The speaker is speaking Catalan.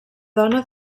dona